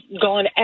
gone